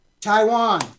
Taiwan